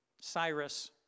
Cyrus